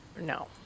no